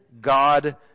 God